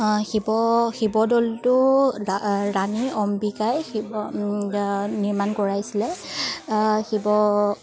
শিৱ শিৱদৌলটো ৰা ৰাণী অম্বিকাই শিৱ নিৰ্মাণ কৰাইছিলে শিৱ